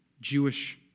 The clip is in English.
Jewish